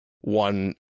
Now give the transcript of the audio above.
one